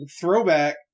throwback